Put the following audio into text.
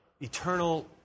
Eternal